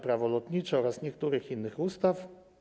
Prawo lotnicze oraz niektórych innych ustaw.